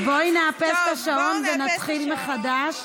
אז בואי נאפס את השעון ונתחיל מחדש,